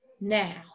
Now